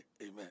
Amen